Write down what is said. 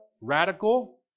radical